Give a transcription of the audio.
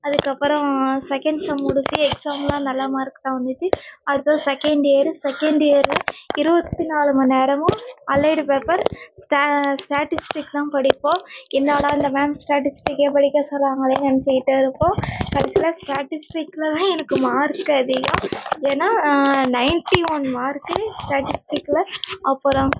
அதுக்கப்புறம் second sem முடிஞ்சு எக்ஸாம்லாம் நல்லா மார்க் தான் வந்துச்சு அடுத்தது செகண்ட் இயரு செகண்ட் இயரில் இருபத்தி நாலு மணி நேரமும் அலைடு பேப்பர் ஸ்ட ஸ்டாட்டிஸ்டிக் தான் படிப்போம் என்னடா இந்த மேம் ஸ்டாட்டிஸ்டிக்கே படிக்க சொல்றாங்களே நினைச்சிக்கிட்டே இருப்போம் கடைசியில் ஸ்டாட்டிஸ்டிக்கில் தான் எனக்கு மார்க் அதிகம் ஏன்னால் நயன்டி ஒன் மார்க்கு ஸ்டாட்டிஸ்டிக்கில் அப்புறம்